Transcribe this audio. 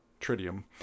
tritium